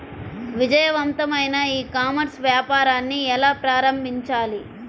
విజయవంతమైన e commerce వ్యాపారాన్ని ఎలా ప్రారంభించాలి?